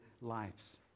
lives